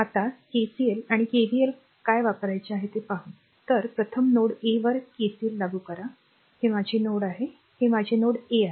आता केसीएल आणि केव्हीएल काय वापरायचे आहे ते पाहू तर प्रथम नोड a वर केसीएल लागू करा हे माझे नोड आहे हे माझे नोड a आहे